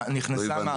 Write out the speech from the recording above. לא הבנתי.